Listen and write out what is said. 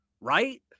right